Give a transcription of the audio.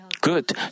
good